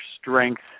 strength